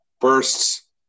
bursts